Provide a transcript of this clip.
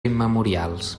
immemorials